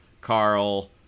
Carl